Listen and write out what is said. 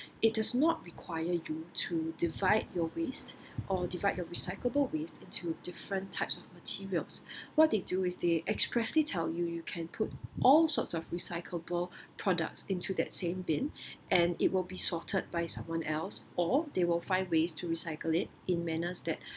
it does not require you to divide your waste or divide a recyclable waste into different types of materials what they do is they expressly tell you you can put all sorts of recyclable products into that same bin and it will be sorted by someone else or they will find ways to recycle it in manners that